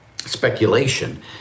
speculation